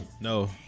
No